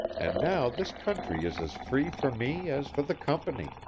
and now this country is as free for me as for the company,